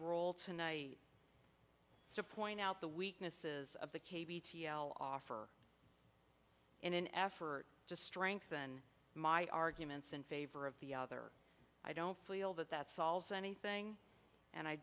role tonight to point out the weaknesses of the cave e t l offer in an effort to strengthen my arguments in favor of the other i don't feel that that solves anything and i